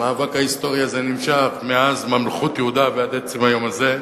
המאבק ההיסטורי הזה נמשך מאז מלכות יהודה ועד עצם היום הזה,